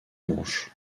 manches